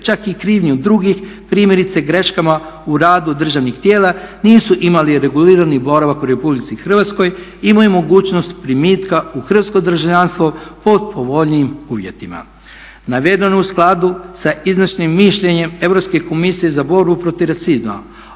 čak i krivnjom drugih, primjerice greškama u radu državnih tijela, nisu imali regulirani boravak u RH imaju mogućnost primitka u hrvatsko državljanstvo pod povoljnijim uvjetima. Navedeno u skladu sa iznesenim mišljenjem Europske komisije za borbu protiv rasizma